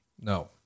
No